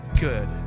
good